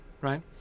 right